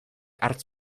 hartz